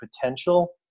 Potential